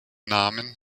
namen